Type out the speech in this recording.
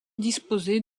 disposer